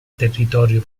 territorio